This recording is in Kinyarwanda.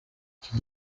iki